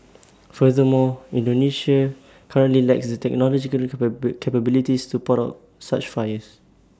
furthermore Indonesia currently lacks the technological capabilities to put out such fires